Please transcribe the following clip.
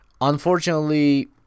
Unfortunately